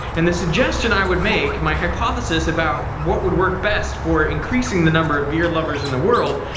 and the suggestion i would make, my hypothesis about what would work best for increasing the number of beardlovers in the world,